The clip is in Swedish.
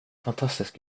fantastisk